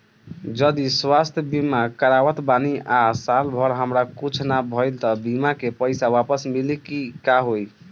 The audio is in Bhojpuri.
जदि स्वास्थ्य बीमा करावत बानी आ साल भर हमरा कुछ ना भइल त बीमा के पईसा वापस मिली की का होई?